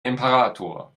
imperator